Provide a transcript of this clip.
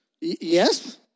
yes